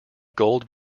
gold